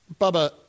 Bubba